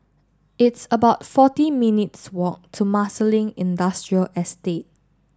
it's about forty minutes' walk to Marsiling Industrial Estate